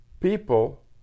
people